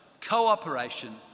cooperation